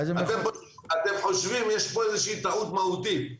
אתם חושבים שיש פה איזושהי טעות מהותית,